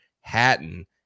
Hatton